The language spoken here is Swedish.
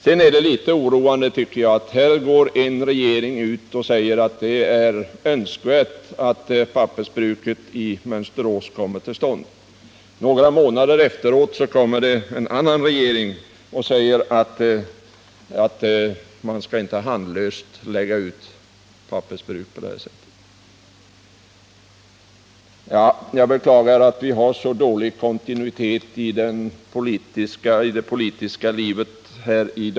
Det är litet oroande att en regering går ut och säger att det är önskvärt att pappersbruket i Mönsterås kommer till stånd och att en annan regering efter några månader säger att man inte handlöst skall bestämma sig för pappersbruket. Jag beklagar att vi i dag, genom sådana här åtgärder, har så dålig kontinuitet i det politiska livet.